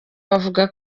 bavuga